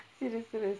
serious serious